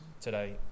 today